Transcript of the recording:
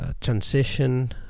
transition